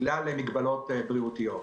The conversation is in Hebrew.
בגלל מגבלות בריאותיות.